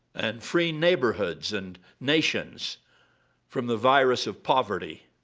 and freeing neighborhoods and nations from the virus of poverty.